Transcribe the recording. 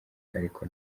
ariko